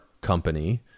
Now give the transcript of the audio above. company